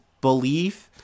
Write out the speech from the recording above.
belief